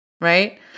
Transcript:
right